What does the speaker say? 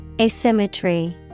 Asymmetry